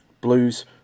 Blues